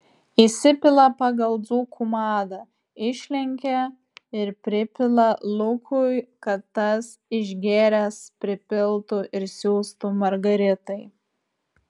įsipila pagal dzūkų madą išlenkia ir pripila lukui kad tas išgėręs pripiltų ir siųstų margaritai